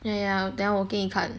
ya ya then 我给你看